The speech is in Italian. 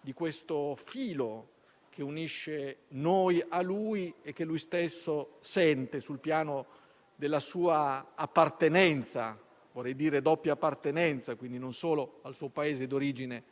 del filo che unisce noi a lui e che lui stesso sente sul piano della sua appartenenza, che vorrei dire doppia in quanto non solo al suo Paese d'origine,